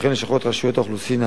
שכן לשכות רשות האוכלוסין,